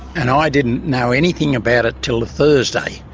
and i didn't know anything about it till the thursday,